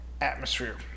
atmosphere